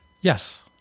Yes